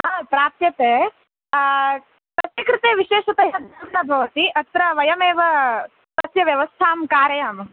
हा प्राप्यते तस्य कृते विशेषतया धनं न भवति अत्र वयमेव तस्य व्यवस्थां कारयामः